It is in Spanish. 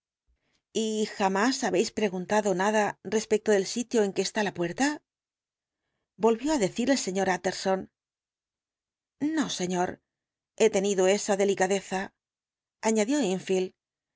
y jamás habéis preguntado nada respecto del sitio en que está la puerta volvió á decir el sr utterson no señor he tenido esa delicadeza añadió enfield